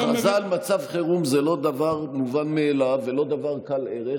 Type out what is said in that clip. הכרזה על מצב חירום זה לא דבר מובן מאליו ולא דבר קל ערך,